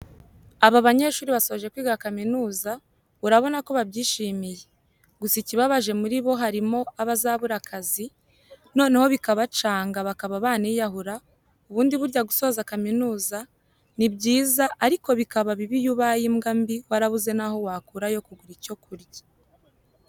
Aba banyeshuri basoje kwiga kaminuza, urabona ko babyishimiye, gusa ikibabaje muri aba harimo abazabura akazi, noneho bikabacanga bakaba baniyahura ubundi burya gusoza kaminuza, ni byiza ariko bikaba bibi iyo ubaye imbwa mbi warabuze naho wakura ayo kugura icyo kurya.